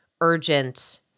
urgent